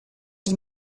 die